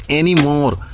anymore